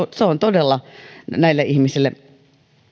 se todella näille ihmisille